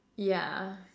yeah